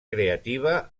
creativa